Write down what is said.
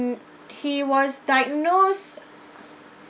he was diagnosed